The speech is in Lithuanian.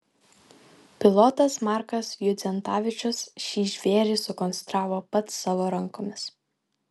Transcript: pilotas markas judzentavičius šį žvėrį sukonstravo pats savo rankomis